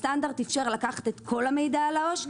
למשל, הסטנדרט אפשר לקחת את כל המידע על העו"ש.